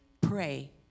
pray